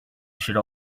should